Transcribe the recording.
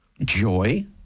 joy